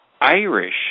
Irish